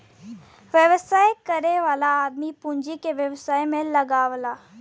व्यवसाय करे वाला आदमी पूँजी के व्यवसाय में लगावला